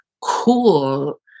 cool